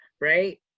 right